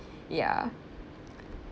ya